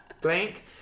Blank